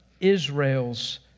Israel's